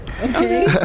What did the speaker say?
Okay